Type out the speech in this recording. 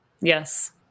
Yes